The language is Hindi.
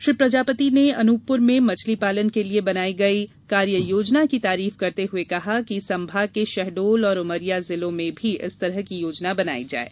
श्री प्रजापति ने अनूपपुर में मछली पालन के लिये बनाई गई कार्ययोजना की तारीफ करते हवे कहा है कि संभाग के शहडोल और उमरिया जिलों में भी इस तरह की योजना बनाई जाये